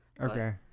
Okay